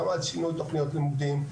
גם על שינוי תוכניות לימודים,